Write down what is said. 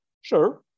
Sure